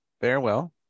farewell